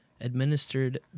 administered